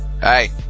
Hey